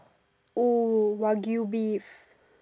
oh Wagyu beef